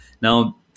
Now